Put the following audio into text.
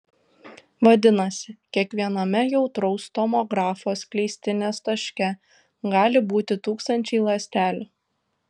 vadinasi kiekviename jautraus tomografo skleistinės taške gali būti tūkstančiai ląstelių